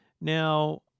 Now